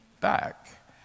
back